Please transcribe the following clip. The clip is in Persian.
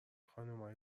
خانمهای